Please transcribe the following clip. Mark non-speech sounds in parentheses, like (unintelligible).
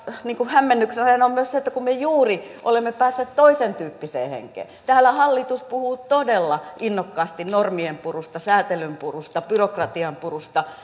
hämmennyksenä on myös se että kun me juuri olemme päässeet toisentyyppiseen henkeen eli täällä hallitus puhuu todella innokkaasti normien purusta säätelyn purusta byrokratian purusta (unintelligible)